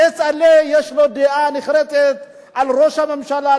כצל'ה, יש לו דעה נחרצת על ראש הממשלה.